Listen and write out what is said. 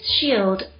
shield